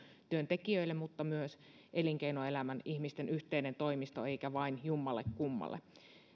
työntekijöille mutta myös elinkeinoelämän ihmisten yhteinen toimisto eikä vain jommallekummalle